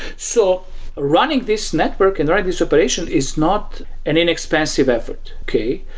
so running this network and running this operation is not an inexpensive effort, okay?